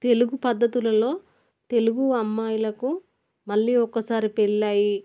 తెలుగు పద్ధతులలో తెలుగు అమ్మాయిలకు మళ్ళీ ఒక్కసారి పెళ్ళయి